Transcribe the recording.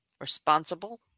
Responsible